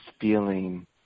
feeling